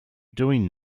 doing